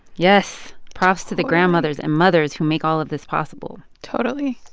yes. props to the grandmothers and mothers who make all of this possible totally.